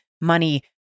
money